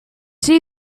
see